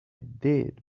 did